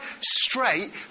straight